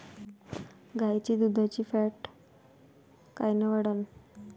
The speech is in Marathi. गाईच्या दुधाची फॅट कायन वाढन?